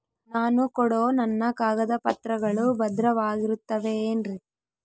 ನಾನು ಕೊಡೋ ನನ್ನ ಕಾಗದ ಪತ್ರಗಳು ಭದ್ರವಾಗಿರುತ್ತವೆ ಏನ್ರಿ?